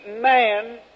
man